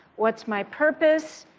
what's my purpose?